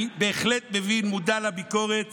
אני בהחלט מבין, מודע לביקורת